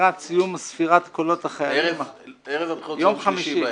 לקראת סיום ספירת קולות החיילים --- ערב הבחירות זה יום שלישי בערב.